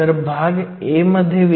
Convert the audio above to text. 21 electron volt आहे